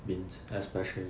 beans especially